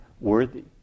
worthy